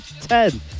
Ten